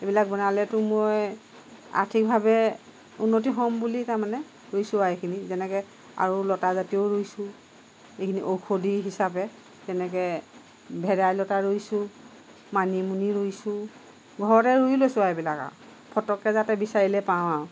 এইবিলাক বনালেতো মই আৰ্থিকভাৱে উন্নতি হ'ম বুলি তাৰ মানে ৰুইছোঁ আৰু এইখিনি যেনেকৈ আৰু লতাজাতীয়ও ৰুইছোঁ এইখিনি ঔষধি হিচাপে তেনেকৈ ভেদাই লতা ৰুইছোঁ মানিমুনি ৰুইছোঁ ঘৰতে ৰুই লৈছোঁ আৰু এইবিলাক আৰু ফটককৈ যাতে বিচাৰিলেই পাওঁ আৰু